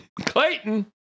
Clayton